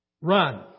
Run